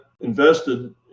invested